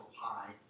high